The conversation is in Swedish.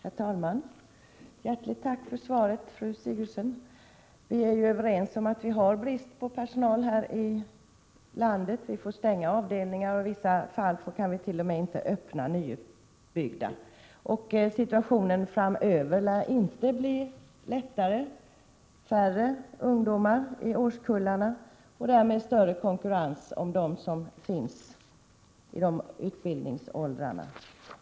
Herr talman! Hjärtligt tack för svaret, fru Sigurdsen. Vi är ju överens om att det råder brist på personal här i landet. Man får stänga avdelningar och kan i vissa fall t.o.m. inte öppna nybyggda avdelningar. Situationen framöver lär inte bli lättare. Det blir färre ungdomar i årskullarna och därmed en större konkurrens om dem som finns i utbildningsåldrarna.